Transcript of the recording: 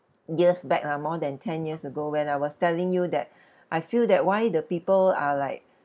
years back lah more than ten years ago when I was telling you that I feel that why the people are like